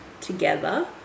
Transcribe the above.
together